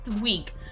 week